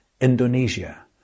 Indonesia